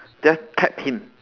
just tap him